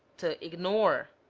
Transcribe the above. to ignore